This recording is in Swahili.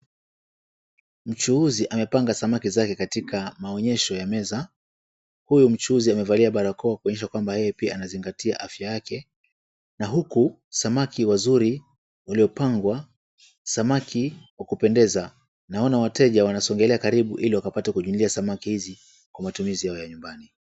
Mchuuzi amepanga samaki zake katika maonyesho ya meza. Huyu mchuuzi amevalia barakoa kuonyesha ya kwamba yeye pia anazingatia afya yake na huku samaki wazuri waliopangwa. Samaki wakupendeza, naona wateja wanasogelea karibu ili wapate kujulia samaki hizi kwa matumizi yao ya nyumbani..